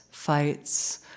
fights